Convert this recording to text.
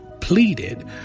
pleaded